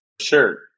Sure